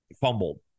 fumbled